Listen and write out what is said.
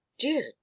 dear